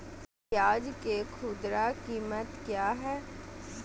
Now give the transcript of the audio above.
प्याज के खुदरा कीमत क्या है?